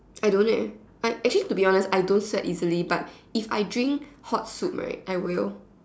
I don't eh I actually to be honest I don't sweat easily but if I drink hot soup right I will